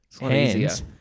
Hands